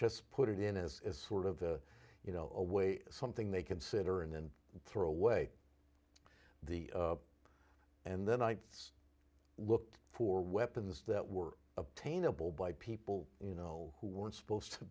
just put it in as sort of the you know a way something they consider and throw away the and then i looked for weapons that were obtainable by people you know who weren't supposed to